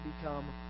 become